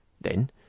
Then